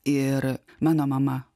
ir mano mama